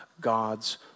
God's